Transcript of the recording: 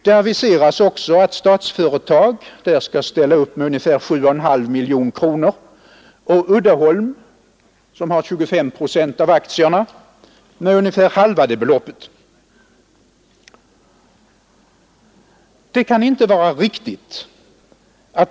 Det aviseras också att Statsföretag där skall ställa upp med ungefär 7,5 miljoner kronor och Uddeholm, som har 25 procent av aktierna, med ungefär halva det beloppet.